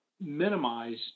minimize